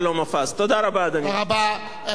כבוד שר הביטחון, האם אתה רוצה לסכם?